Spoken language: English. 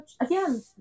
again